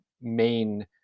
main